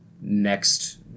next